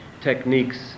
techniques